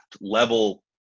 level